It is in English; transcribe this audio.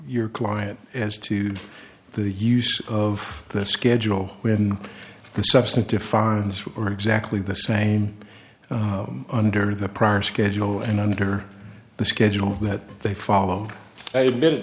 your client as to the use of the schedule when the substantive fines are exactly the same under the prior schedule and under the schedule that they follow a minute